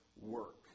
work